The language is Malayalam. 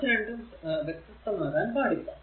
അത് രണ്ടും വ്യത്യസ്തമാകാൻ പാടില്ല